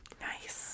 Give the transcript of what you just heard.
Nice